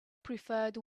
preferred